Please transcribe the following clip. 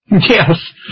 Yes